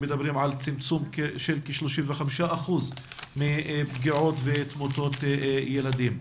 הם מדברים על צמצום של כ-35% מהפגיעות והתמותה בקרב ילדים.